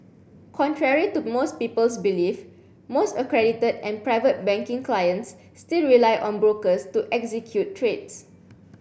contrary to most people's belief most accredited and private banking clients still rely on brokers to execute trades